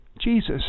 Jesus